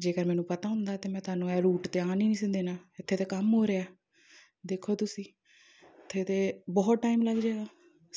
ਜੇਕਰ ਮੈਨੂੰ ਪਤਾ ਹੁੰਦਾ ਤਾਂ ਮੈਂ ਤੁਹਾਨੂੰ ਇਹ ਰੂਟ 'ਤੇ ਆਉਣ ਹੀ ਨਹੀਂ ਸੀ ਦੇਣਾ ਇੱਥੇ ਤਾਂ ਕੰਮ ਹੋ ਰਿਹਾ ਦੇਖੋ ਤੁਸੀਂ ਇੱਥੇ ਤਾਂ ਬਹੁਤ ਟਾਈਮ ਲੱਗ ਜਾਏਗਾ